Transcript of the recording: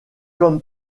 comme